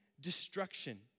destruction